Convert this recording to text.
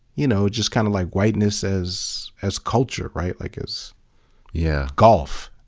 you know just kind of like, whiteness as as culture, right? like as yeah golf.